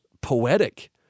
poetic